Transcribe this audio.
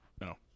No